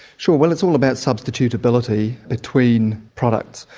sure, well, it's all about substituteability between products.